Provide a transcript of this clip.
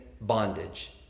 bondage